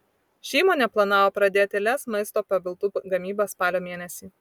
ši įmonė planavo pradėti lez maisto papildų gamybą spalio mėnesį